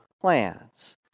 plans